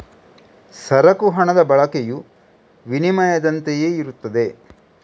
ಸರಕು ಹಣದ ಬಳಕೆಯು ವಿನಿಮಯದಂತೆಯೇ ಇರುತ್ತದೆ